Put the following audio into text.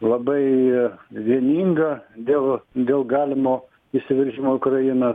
labai vieninga dėl dėl galimo įsiveržimo į ukrainą